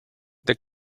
the